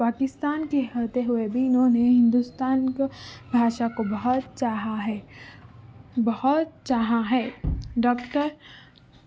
پاکستان کے ہوتے ہوئے بھی انہوں نے ہندوستان کو بھاشا کو بہت چاہا ہے بہت چاہا ہے ڈاکٹر